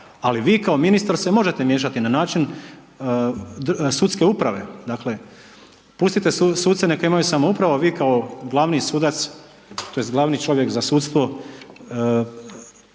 ali vi kao ministar se možete miješati na način sudske uprave. Dakle, pustite suce neka imaju samoupravu, a vi kao glavni sudac, tj. glavni čovjek za sudstvo,